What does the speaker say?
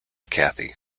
kathy